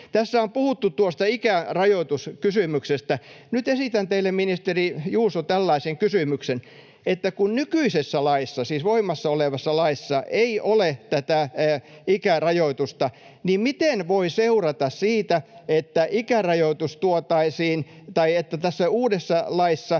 Tässä on puhuttu ikärajoituskysymyksestä. Nyt esitän teille, ministeri Juuso, tällaisen kysymyksen: kun nykyisessä laissa, siis voimassa olevassa laissa, ei ole tätä ikärajoitusta, niin miten siitä voi seurata — kun uudessakaan laissa